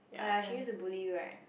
oh ya she used to bully you right